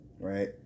right